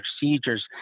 procedures